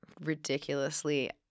ridiculously –